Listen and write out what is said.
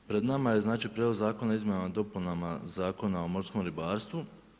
Pred nama je Prijedlog Zakona o izmjenama i dopunama Zakona o morskom ribarstvu.